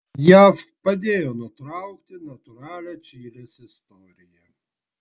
jav padėjo nutraukti natūralią čilės istoriją